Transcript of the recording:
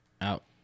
out